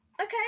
Okay